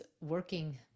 working